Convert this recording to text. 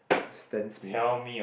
Stan Smith